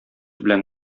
белән